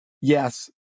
Yes